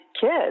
kids